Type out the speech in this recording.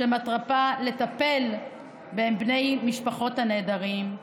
שמטרתה לטפל בבני משפחות הנעדרים,